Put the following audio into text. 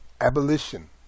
Abolition